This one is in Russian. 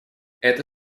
это